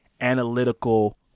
analytical